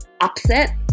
upset